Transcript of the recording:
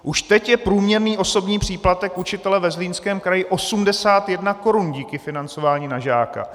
Už teď je průměrný osobní příplatek učitele ve Zlínském kraji 81 korun díky financování na žáka!